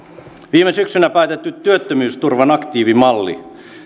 viime syksynä päätetty työttömyysturvan aktiivimalli